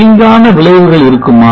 தீங்கான விளைவுகள் இருக்குமா